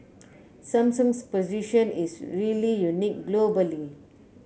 Samsung's position is really unique globally